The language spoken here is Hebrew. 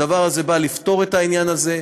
הדבר הזה בא לפתור את העניין הזה,